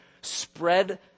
spread